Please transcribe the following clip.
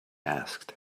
asked